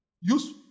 use